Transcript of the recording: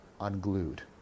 unglued